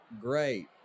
great